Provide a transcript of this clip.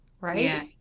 right